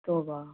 तौबा